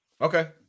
Okay